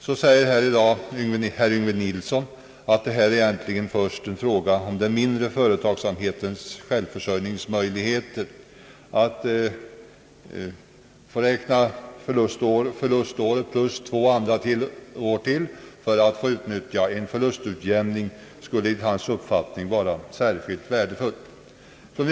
Herr Yngve Nilsson säger i dag att det härvidlag egentligen först är fråga om den mindre företagsamhetens självförsörjningsmöjligheter. Att få räkna ett förlustår plus två andra år för att vid beskattningen få rätt till förlustutjämning skulle enligt hans uppfattning vara särskilt värdefullt.